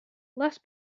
less